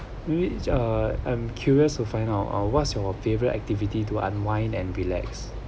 we uh I'm curious to find out what's your favourite activity to unwind and relax